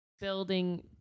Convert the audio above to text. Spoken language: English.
building